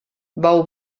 bou